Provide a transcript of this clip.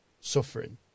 suffering